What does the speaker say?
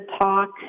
talk